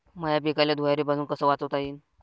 माह्या पिकाले धुयारीपासुन कस वाचवता येईन?